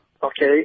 Okay